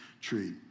tree